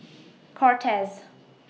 Cortez